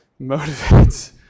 motivates